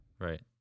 Right